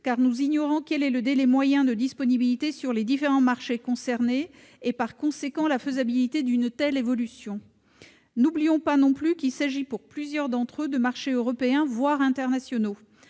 : nous ignorons le délai moyen de disponibilité sur les différents marchés concernés et, en conséquence, la faisabilité d'une telle évolution. N'oublions pas non plus qu'il s'agit, dans plusieurs cas, de marchés européens, voire internationaux.